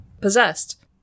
possessed